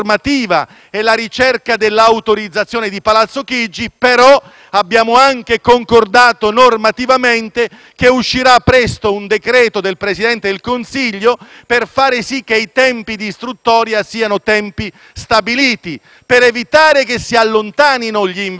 abbiamo anche concordato la presentazione, a breve, di un decreto del Presidente del Consiglio per far sì che i tempi di istruttoria siano stabiliti, per evitare che si allontanino gli investitori. La lezione che arriva da questo